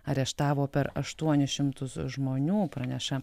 areštavo per aštuonis šimtus žmonių praneša